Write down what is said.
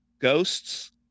ghosts